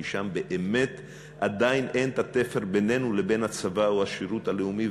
כי שם באמת עדיין אין תפר בינינו לבין הצבא או השירות הלאומי.